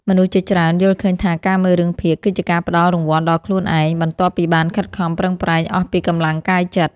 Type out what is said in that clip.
មនុស្សជាច្រើនយល់ឃើញថាការមើលរឿងភាគគឺជាការផ្ដល់រង្វាន់ដល់ខ្លួនឯងបន្ទាប់ពីបានខិតខំប្រឹងប្រែងអស់ពីកម្លាំងកាយចិត្ត។